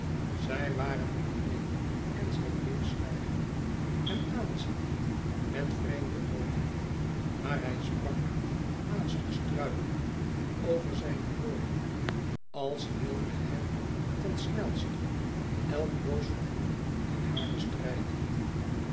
zij waren alleen en zij bleef zwijgen hem aanziende met vreemde oogen maar hij sprak haastig struikelend over zijne woorden als wilde hij ten snelste elk boos vermoeden in haar bestrijden